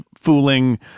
fooling